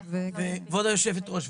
כבוד יושבת הראש,